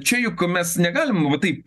čia juk mes negalim taip